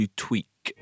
tweak